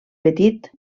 petit